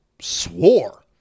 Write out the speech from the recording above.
swore